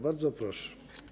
Bardzo proszę.